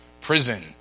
Prison